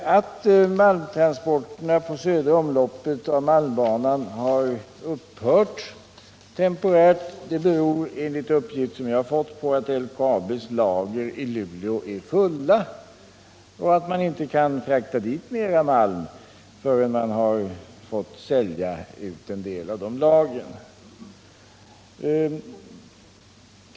Att malmtransporterna på södra omloppet av malmbanan temporärt har upphört beror, enligt uppgifter som jag fått, på att LKAB:s lager i Luleå är fyllda och att man inte kan frakta dit mera malm förrän man sålt ut en del av de lagren.